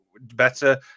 better